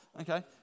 Okay